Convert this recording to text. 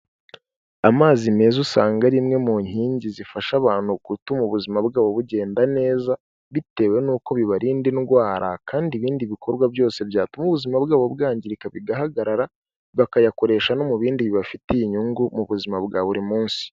Amazi meza usanga ari imwe mu nkingi zifasha abantu gutuma ubuzima bwabo bugenda neza, bitewe n'uko bibarinda indwara kandi ibindi bikorwa byose byatuma ubuzima bwabo bwangirika bigahagarara, bakayakoresha no mu bindi bibafitiye inyungu mu buzima bwa buri munsi.